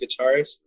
guitarist